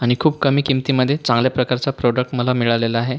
आणि खूप कमी किमतीमधे चांगल्या प्रकारचा प्रॉडक्ट मला मिळालेला आहे